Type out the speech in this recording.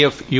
F U